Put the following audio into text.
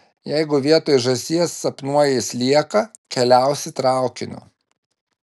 jeigu vietoj žąsies sapnuoji slieką keliausi traukiniu